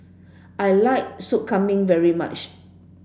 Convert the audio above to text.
I like Sop Kambing very much